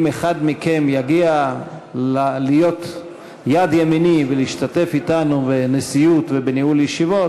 אם אחד מכם יגיע להיות יד ימיני ולהשתתף אתנו בנשיאות ובניהול ישיבות,